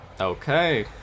Okay